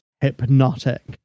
hypnotic